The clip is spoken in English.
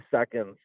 seconds